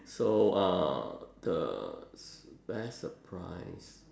so uh the best surprise